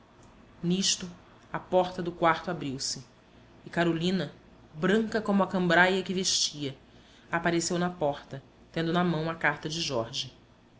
nisto a porta do quarto abriu-se e carolina branca como a cambraia que vestia apareceu na porta tendo na mão a carta de jorge